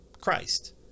christ